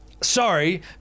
Sorry